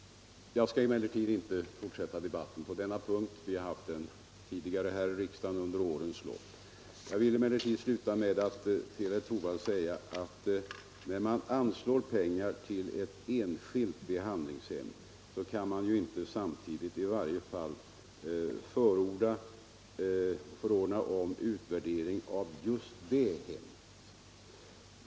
Jag skall inte fortsätta debatten på den här punkten. Vi har fört den tidigare här i riksdagen under årens lopp. Jag vill sluta med att säga till herr Torwald att man, när man anslår pengar till ett enskilt behandlingshem, inte samtidigt kan förordna om utvärdering av just det hemmet.